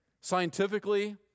scientifically